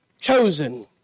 chosen